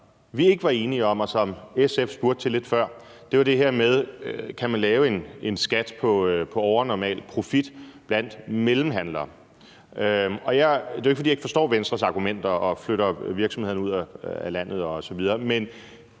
var enige om, og som SF spurgte til lidt tidligere, var det her med, om man kan lave en skat på overnormal profit blandt mellemhandlere. Det er jo ikke, fordi jeg ikke forstår Venstres argumenter om, at man flytter virksomheden ud af landet osv., men